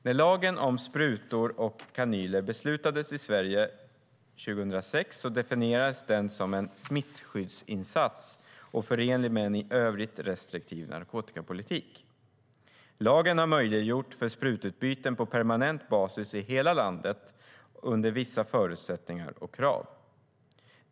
När lagen om sprutor och kanyler beslutades i Sverige 2006 definierades den som en smittskyddsinsats och som förenlig med en i övrigt restriktiv narkotikapolitik. Lagen har möjliggjort för sprututbytesverksamhet på permanent basis i hela landet, under vissa förutsättningar och krav.